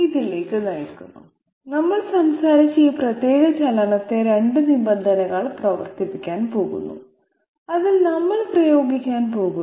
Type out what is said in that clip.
ഇതിലേക്ക് നയിക്കുന്നു നമ്മൾ സംസാരിച്ച ഈ പ്രത്യേക ചലനത്തെ 2 നിബന്ധനകളാൽ പ്രവർത്തിപ്പിക്കാൻ പോകുന്നു അതിൽ നമ്മൾ പ്രയോഗിക്കാൻ പോകുന്നു